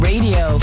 Radio